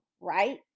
right